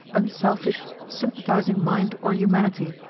unselfish, sympathizing mind or humanity.